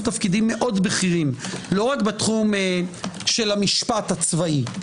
תפקידים מאוד בכירים לא רק בתחום של המשפט הצבאי,